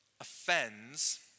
offends